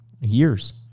years